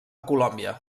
colòmbia